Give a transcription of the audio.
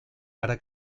para